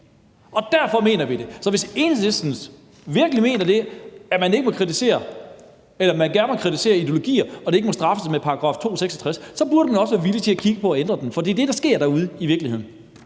Derfor mener vi det, vi gør. Så hvis Enhedslisten virkelig mener, at man gerne må kritisere ideologier og det ikke må straffes efter § 266 b, så burde man også være villig til at kigge på at ændre den. For det er det, der sker derude i virkeligheden.